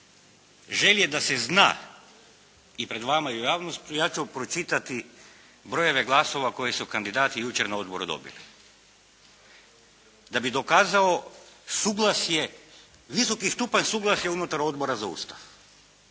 želje da se zna i pred vama i u javnosti ja ću pročitati brojeve glasova koje su kandidati jučer na odboru dobili. Da bi dokazao suglasje, visoki stupanj suglasja unutar Odbora za Ustav.